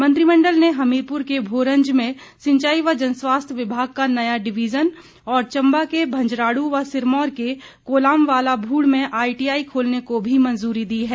मंत्रिमंडल ने हमीरपुर के भोरंज में सिंचाई व जन स्वास्थ्य विभाग का नया डिविजन और चंबा के भंजराडू व सिरमौर के कोलांवालाभूड में आईटीआई खोलने को भी मंजूरी दी हैं